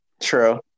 True